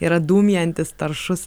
yra dūmijantis taršus